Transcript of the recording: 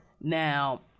Now